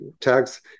tags